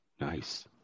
Nice